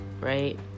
right